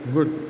Good